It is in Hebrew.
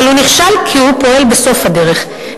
אבל הוא נכשל כי הוא פועל בסוף הדרך,